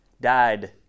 died